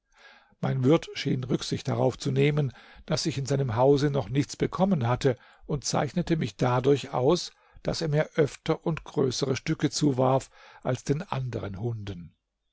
mein wirt schien rücksicht darauf zu nehmen daß ich in seinem hause noch nichts bekommen hatte und zeichnete mich dadurch aus daß er mir öfter und größere stücke zuwarf als den anderen hunden